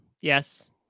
Yes